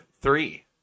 Three